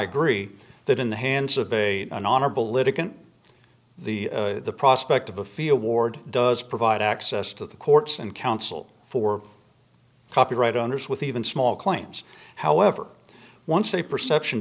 agree that in the hands of a an honorable litigant the prospect of a field ward does provide access to the courts and counsel for copyright owners with even small claims however once a perception